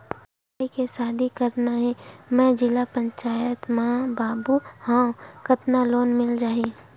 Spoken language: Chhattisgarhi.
भाई के शादी करना हे मैं जिला पंचायत मा बाबू हाव कतका लोन मिल जाही?